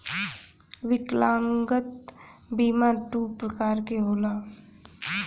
विकलागंता बीमा दू प्रकार क होला